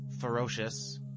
ferocious